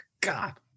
God